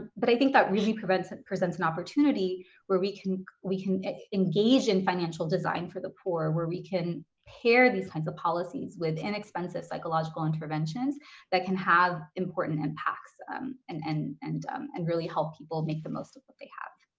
but i think that really presents ah presents an opportunity where we can we can engage in financial design for the poor, where we can pair these kinds of policies with inexpensive psychological interventions that can have important impacts and and and really help people make the most of what they have.